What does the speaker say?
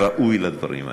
כראוי לדברים האלה.